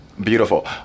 Beautiful